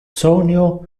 sonio